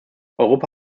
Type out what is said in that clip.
europa